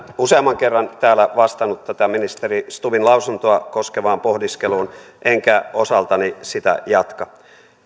useamman kerran täällä vastannut tätä ministeri stubbin lausuntoa koskevaan pohdiskeluun enkä osaltani sitä jatka